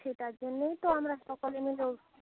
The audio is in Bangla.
সেটার জন্যেই তো আমরা সকলে মিলে ও